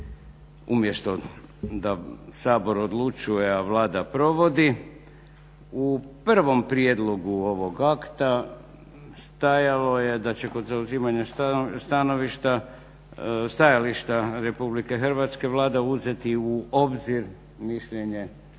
umjesto da Sabor odlučuje, a Vlada provodi u prvom prijedlogu ovog akta stajalo je da će kod zauzimanja stajališta RH Vlada uzeti u obzir mišljenje